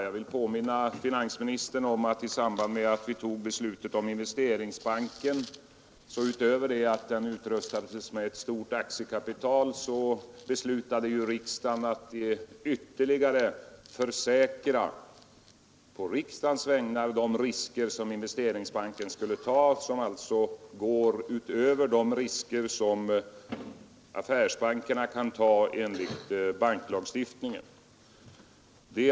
Jag vill påminna finansministern om att i samband med att vi fattade beslutet om Investeringsbanken beslöt vi — förutom att banken skulle utrustas med ett stort aktiekapital — att på riksdagens vägnar göra ytterligare försäkringar när det gällde de risker som Investeringsbanken skulle ta och som går utöver de risker som affärsbankerna kan ta enligt banklagstiftningen.